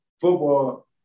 football